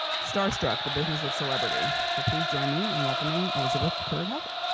starstruck the business of celebrity. so please join me in welcoming elizabeth currid-halkett.